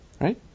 right